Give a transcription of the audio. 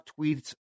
tweets